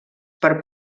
per